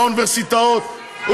באוניברסיטאות,